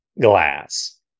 glass